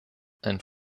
and